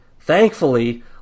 Thankfully